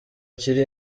kiri